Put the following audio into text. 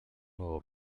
nuevo